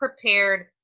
prepared